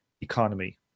economy